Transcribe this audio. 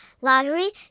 lottery